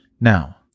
Now